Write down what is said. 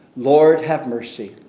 lord have mercy.